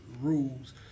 rules